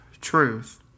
truth